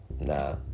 Nah